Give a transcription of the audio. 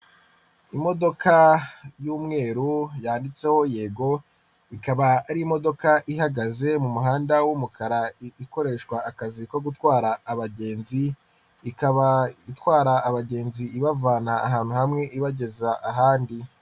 Imodoka y'umweru yanditseho yego ikaba ari imodoka ihagaze mu muhanda w'umukara ikoreshwa akazi ko gutwara abagenzi, ikaba itwara abagenzi ibavana ahantu hamwe ibageza ahandi.